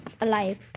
alive